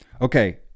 Okay